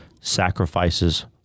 sacrifices